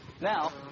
Now